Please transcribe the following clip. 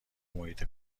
محیط